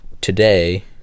today